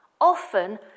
Often